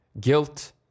guilt